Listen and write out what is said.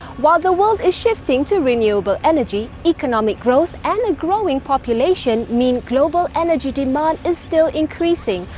while the world is shifting to renewable energy, economic growth and a growing population mean global energy demand is still increasing.